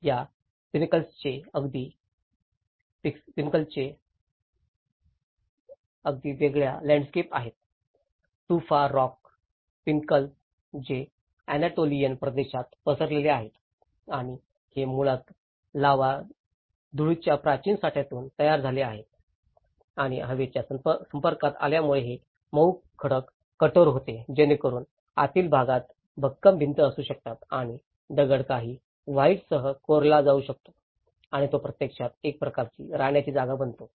या पिनकल्सचे अगदी वेगळ्या लँडस्केप्स आहेत टुफा रॉक पिनकल्स जे अनाटोलियन प्रदेशात पसरलेले आहेत आणि हे मुळात लावा धूळच्या प्राचीन साठ्यातून तयार झाले आहेत आणि हवेच्या संपर्कात आल्यामुळे हे मऊ खडक कठोर होते जेणेकरून आतील भागात भक्कम भिंती असू शकतात आणि दगड काही व्हॉईड्ससह कोरला जाऊ शकतो आणि जो प्रत्यक्षात एक प्रकारची राहण्याची जागा बनतो